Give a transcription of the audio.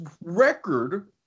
record